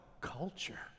culture